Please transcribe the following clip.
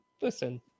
listen